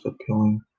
appealing